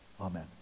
Amen